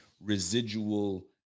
residual